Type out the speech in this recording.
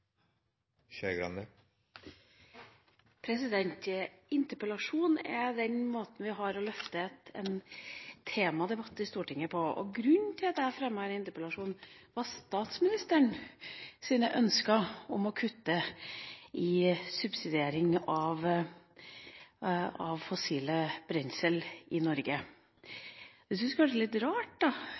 den måten vi har til å løfte en temadebatt på i Stortinget, og grunnen til at jeg fremmet denne interpellasjonen var statsministerens ønsker om å kutte i subsidieringa av fossilt brensel i Norge. Da syns jeg det kanskje er litt rart